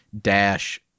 dash